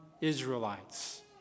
Israelites